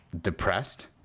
depressed